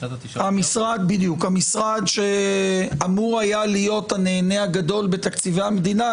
המשרד שאמור היה להיות הנהנה הגדול בתקציבי המדינה,